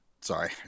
Sorry